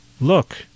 Look